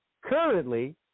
Currently